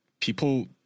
People